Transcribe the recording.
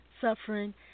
suffering